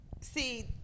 see